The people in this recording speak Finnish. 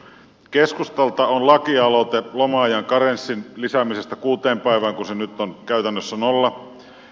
keskustalta on lakialoite loma ajan karenssin lisäämisestä kuuteen päivään kun se nyt on käytännössä nolla